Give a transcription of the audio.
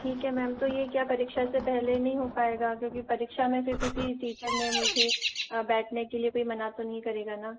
ठीक है मैम तो ये क्या परीक्षा से पहले नहीं हो पाएगा क्योंकि परीक्षा में किसी टीचर ने मुझे बैठने के लिए कोई मना तो नहीं करेगा न